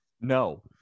No